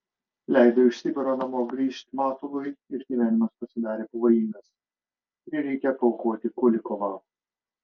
leido iš sibiro namo grįžt matului ir gyvenimas pasidarė pavojingas prireikė paaukoti kulikovą